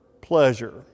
pleasure